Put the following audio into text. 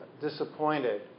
disappointed